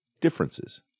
differences